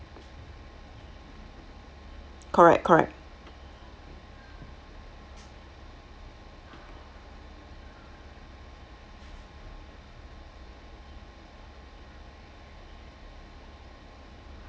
correct correct